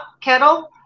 kettle